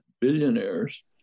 billionaires